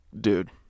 dude